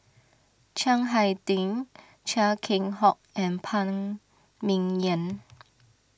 Chiang Hai Ding Chia Keng Hock and Phan Ming Yen